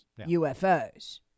UFOs